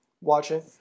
watching